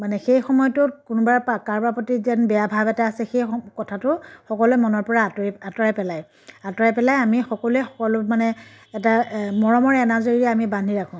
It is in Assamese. মানে সেই সময়টোত কোনোবা কাৰোবাৰ প্ৰতি যেন বেয়া ভাব এটা আছে সেই সময়ত সেই কথাটো সকলোৱে মনৰ পৰা আতৰাই পেলায় আতৰাই পেলাই আমি সকলোৱে সকলো মানে এটা মৰমৰ এনাজৰীৰে আমি বান্ধি ৰাখোঁ